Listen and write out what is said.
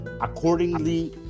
accordingly